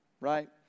right